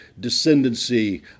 descendancy